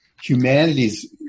humanity's